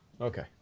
Okay